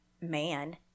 man